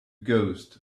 ghost